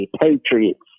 Patriots